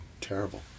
Terrible